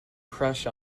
crush